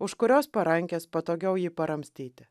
už kurios parankės patogiau jį paramstyti